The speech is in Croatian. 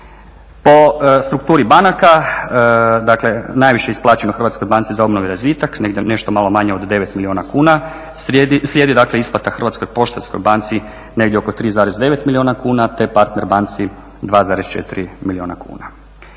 Po strukturi banaka, dakle najviše je isplaćeno Hrvatskoj banci za obnovu i razvitak nešto malo manje od 9 milijuna kuna, slijedi dakle isplata Hrvatskoj poštanskoj banci negdje 3,9 milijuna kuna te Partner banci 2,4 milijuna kuna.